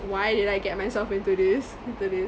why did I get myself into this into this